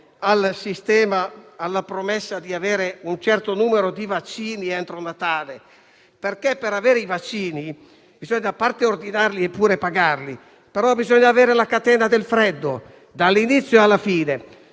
attenzione alla promessa di avere un certo numero di vaccini entro Natale, perché per avere i vaccini, a parte ordinarli e pagarli, bisogna avere anche la catena del freddo dall'inizio alla fine.